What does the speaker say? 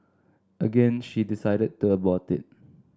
again she decided to abort it